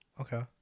Okay